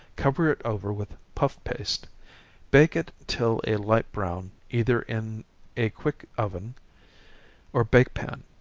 cover it over with puff paste bake it till a light brown, either in a quick oven or bake pan.